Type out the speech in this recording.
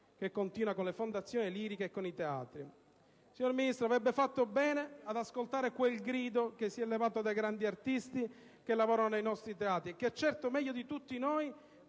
continua con le fondazioni liriche e i teatri. Signor Ministro, avrebbe fatto bene ad ascoltare il grido che si è levato dai grandi artisti che lavorano nei nostri teatri e che meglio di tutti noi